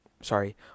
sorry